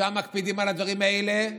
שם מקפידים על הדברים האלה,